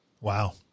Wow